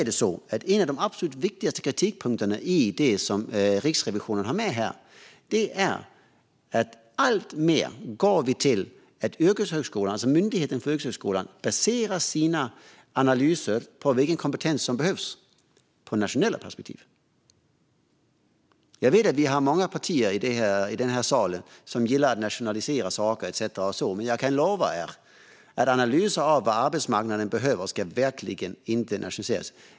En av de absolut viktigaste kritikpunkter som Riksrevisionen har med är att vi alltmer går mot att Myndigheten för yrkeshögskolan baserar sina analyser av vilken kompetens som behövs på det nationella perspektivet. Jag vet att många partier i denna sal gillar att nationalisera saker och så, men jag kan lova er att analyser av vad arbetsmarknaden behöver verkligen inte bör nationaliseras.